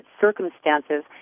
circumstances